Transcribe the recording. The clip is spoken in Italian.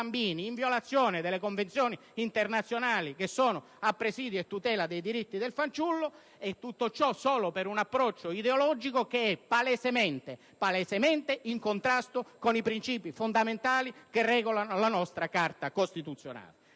in violazione delle convenzioni internazionali che sono a presidio e a tutela dei diritti del fanciullo. Tutto ciò solo per un approccio ideologico che è palesemente in contrasto con i princìpi fondamentali che regolano la nostra Carta costituzionale.